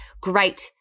great